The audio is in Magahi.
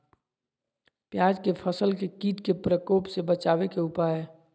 प्याज के फसल के कीट के प्रकोप से बचावे के उपाय?